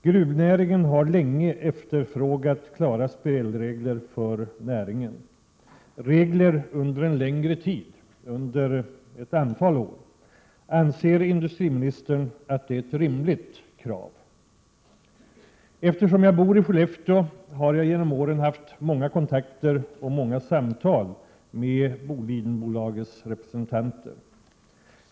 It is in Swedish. Gruvnäringen har länge efterfrågat klara spelregler för näringen — regler under en längre tid, några år. Anser industriministern att det är ett rimligt krav? Eftersom jag bor i Skellefteå har jag genom åren haft många kontakter och samtal med Bolidenbolagets representanter.